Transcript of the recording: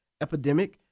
epidemic